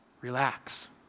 Relax